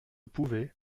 pouvait